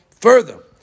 further